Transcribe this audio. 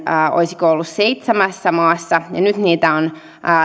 olisiko ollut seitsemässä maassa ja nyt niitä on